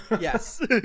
Yes